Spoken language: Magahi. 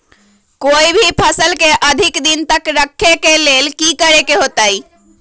कोई भी फल के अधिक दिन तक रखे के लेल का करी?